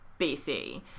BC